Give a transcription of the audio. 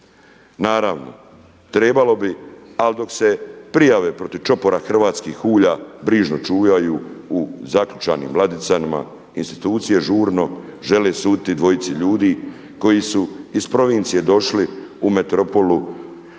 Naravno, trebalo bi ali dok se prijave protiv čopora hrvatskih …/Govornik se ne razumije./… brižno čuvaju u zaključanim ladicama institucije žurno žele suditi dvojici ljudi koji su iz provincije došli u metropolu